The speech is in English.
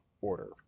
order